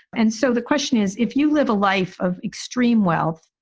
and so the question is, if you live a life of extreme wealth,